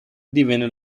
divenne